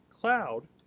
cloud